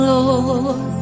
Lord